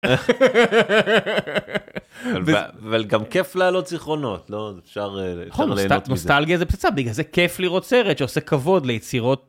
אבל גם כיף להעלות זיכרונות לא? אפשר... נוסטלגיה זה פצצה. בגלל זה כיף לראות סרט שעושה כבוד ליצירות